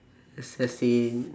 assassin